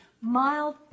mild